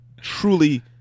truly